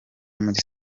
muri